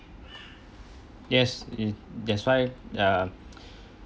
yes that's why err